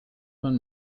man